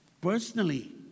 personally